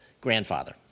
grandfather